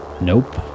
Nope